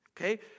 Okay